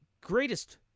greatest